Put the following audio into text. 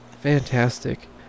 Fantastic